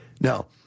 Now